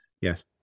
yes